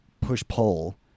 push-pull